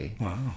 Wow